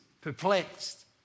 perplexed